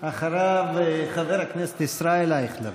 אחריו, חבר הכנסת ישראל אייכלר,